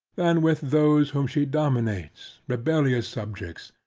than with those, whom she denominates, rebellious subjects,